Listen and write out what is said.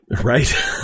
Right